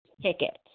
tickets